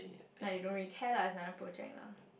like you don't really care lah it's another project lah